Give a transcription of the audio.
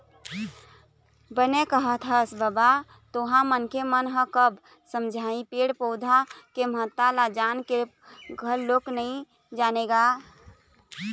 बने कहत हस बबा तेंहा मनखे मन ह कब समझही पेड़ पउधा के महत्ता ल जान के घलोक नइ जानय गा